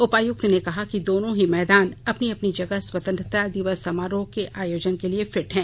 उपायुक्त ने कहा कि दोनों ही मैदान अपनी अपनी जगह स्वतंत्रता दिवस समारोह के आयोजन के लिए फिट है